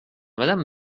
madame